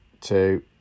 two